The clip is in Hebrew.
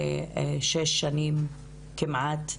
חמש שנים או שש שנים כמעט,